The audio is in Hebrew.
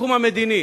בתחום המדיני,